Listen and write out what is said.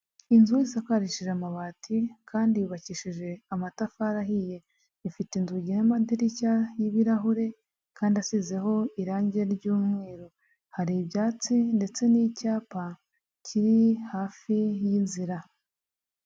Inzu isakarishije amabati kandi yubakishije amatafari ahiye, ifite inzugi n'amadirishya y'ibirahure kandi asizeho irangi ry'umweru, hari ibyatsi ndetse n'icyapa kiri hafi y'inzira.